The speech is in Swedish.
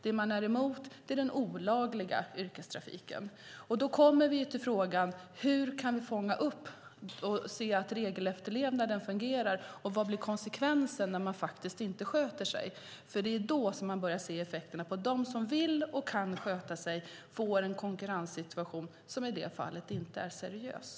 Det man är emot är den olagliga yrkestrafiken. Då kommer vi till frågan hur vi kan fånga upp och se till att regelefterlevnaden fungerar och vad som blir konsekvensen när man faktiskt inte sköter sig. Det är då som man börjar se effekterna på dem som vill och kan sköta sig men som får en konkurrenssituation som i det fallet inte är seriös.